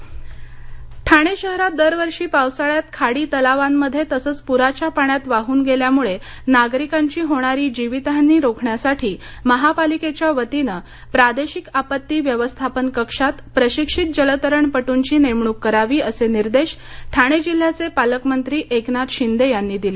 ठाणे ठाणे शहरात दरवर्षी पावसाळ्यात खाडी तलावांमध्ये तसंच प्राच्या पाण्यात वाहून गेल्यामुळे नागरिकांची होणारी जीवितहानी रोखण्यासाठी महापालिकेच्या वतीनं प्रादेशिक आपत्ती व्यवस्थापन कक्षात प्रशिक्षित जलतरणपटूंची नेमणूक करावी असे निर्देश ठाणे जिल्ह्याचे पालकमंत्री एकनाथ शिंदे यांनी दिले